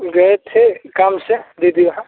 गए थे काम से दीदी यहाँ